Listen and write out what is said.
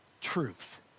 truth